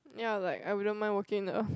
ya like I wouldn't mind working in the